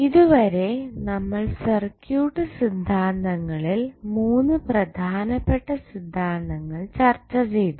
ഇതുവരെ നമ്മൾ സർക്യൂട്ട് സിദ്ധാന്തങ്ങളിൽ മൂന്ന് പ്രധാനപ്പെട്ട സിദ്ധാന്തങ്ങൾ ചർച്ചചെയ്തു